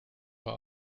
for